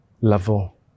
level